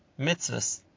mitzvahs